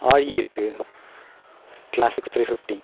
RE இருக்குது classic three fifty